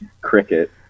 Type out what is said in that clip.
cricket